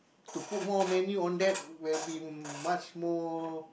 to put more menu on that will be much more